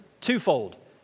twofold